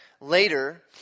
later